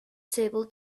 table